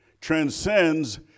transcends